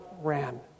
ran